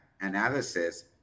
analysis